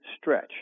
stretch